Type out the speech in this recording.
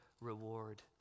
reward